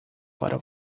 para